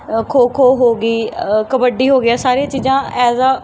ਖੋ ਖੋ ਹੋ ਗਈ ਕਬੱਡੀ ਹੋ ਗਿਆ ਸਾਰੀਆਂ ਚੀਜ਼ਾਂ ਐਜ਼ ਆ